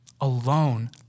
alone